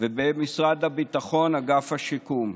ובמשרד הביטחון, אגף השיקום.